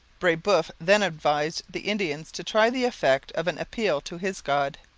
brebeuf then advised the indians to try the effect of an appeal to his god.